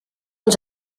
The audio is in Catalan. ens